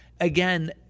Again